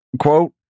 quote